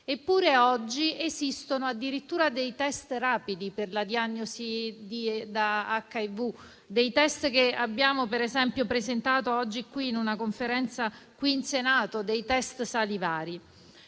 Eppure, oggi esistono addirittura dei test rapidi per la diagnosi da HIV, dei test salivari che abbiamo presentato oggi in una conferenza qui in Senato. In questi anni